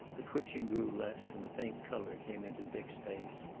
the twitching grew less, and a faint color came into dick's face.